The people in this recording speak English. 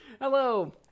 hello